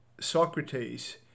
Socrates